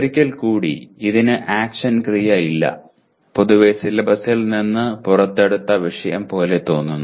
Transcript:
ഒരിക്കൽ കൂടി ഇതിന് ആക്ഷൻ ക്രിയ ഇല്ല പൊതുവെ സിലബസിൽ നിന്ന് പുറത്തെടുത്ത വിഷയം പോലെ തോന്നുന്നു